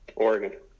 Oregon